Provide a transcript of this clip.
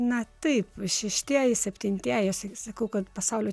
na taip šeštieji septintieji sakau kad pasaulio